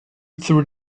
through